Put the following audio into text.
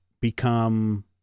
become